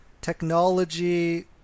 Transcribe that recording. technology